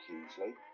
usually